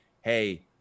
hey